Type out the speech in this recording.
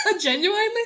genuinely